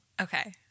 Okay